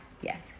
Yes